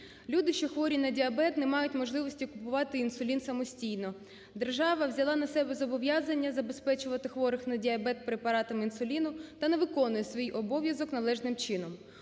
Люди, що хворі на діабет, не мають можливості купувати інсулін самостійно, держава взяла на себе зобов'язання забезпечувати хворих на діабет препаратами інсуліну та не виконує свій обов'язок належним чином.